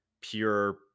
pure